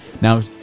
now